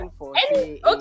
Okay